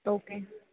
okay